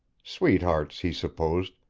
sweethearts, he supposed,